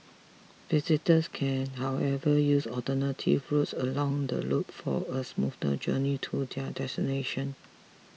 visitors can however use alternative routes along the loop for a smoother journey to their destination